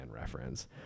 reference